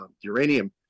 uranium